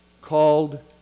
called